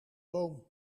boom